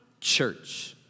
church